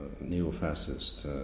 neo-fascist